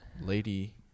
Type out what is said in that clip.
lady